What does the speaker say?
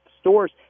stores